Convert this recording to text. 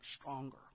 stronger